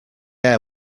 air